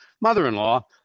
mother-in-law